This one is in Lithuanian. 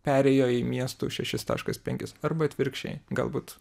perėjo į miestų šešis taškas penkis arba atvirkščiai galbūt